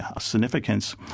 significance